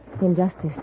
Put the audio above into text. injustice